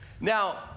Now